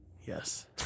Yes